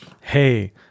hey